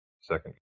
second